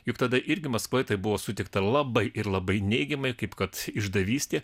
juk tada irgi maskvoje tai buvo sutikta labai ir labai neigiamai kaip kad išdavystė